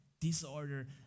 disorder